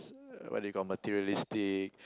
what you call materialistic